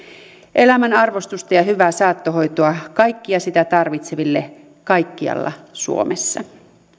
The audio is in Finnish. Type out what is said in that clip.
elämän arvostusta ja ja hyvää saattohoitoa kaikkea sitä tarvitseville kaikkialla suomessa